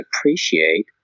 appreciate